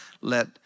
let